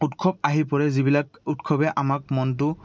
উৎসৱ আহি পৰে যিবিলাক উৎসৱে আমাক মনটো